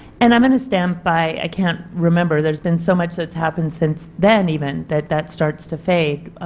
and i'm going to stand by, i can't remember there's been so much that is happened since then even that that starts to fade,